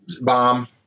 bomb